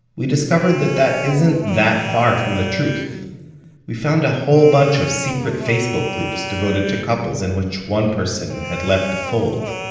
we discovered that that isn't that far from the truth we found a whole bunch of secret facebook groups devoted to couples in which one person had left the fold.